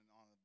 on